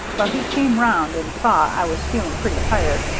well, he came round and saw i was feeling pretty tired,